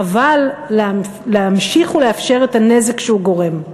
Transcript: חבל להמשיך ולאפשר את הנזק שהוא גורם.